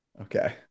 Okay